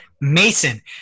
Mason